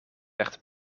werd